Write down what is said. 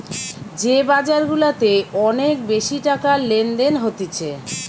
যে বাজার গুলাতে অনেক বেশি টাকার লেনদেন হতিছে